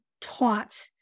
taught